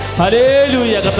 hallelujah